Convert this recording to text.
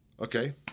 Okay